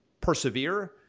persevere